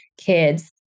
Kids